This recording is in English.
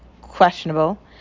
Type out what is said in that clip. questionable